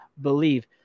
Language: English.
believe